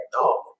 no